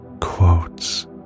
quotes